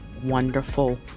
wonderful